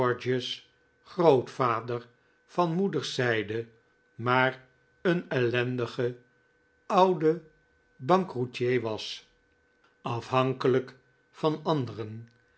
grootvader van moederszijde maar een ellendige oude bankroetier was afhankelijk van anderen